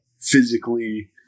physically